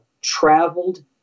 traveled